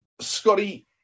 Scotty